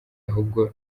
ahubwo